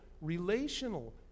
relational